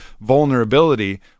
vulnerability